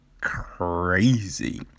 Crazy